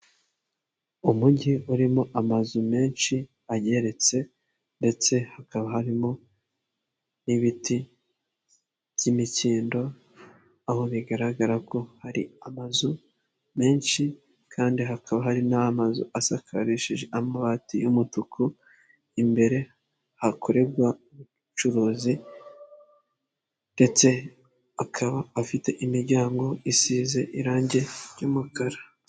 Umujyi urimo amazu menshi ageretse, ndetse hakaba harimo n'ibiti by'imikindo, aho bigaragara ko hari amazu menshi, kandi hakaba hari n'amazu asakarishije amabati y'umutuku, imbere hakorerwa ubucuruzi, ndetse akaba afite imiryango isize irange ry'umukara.